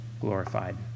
glorified